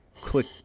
click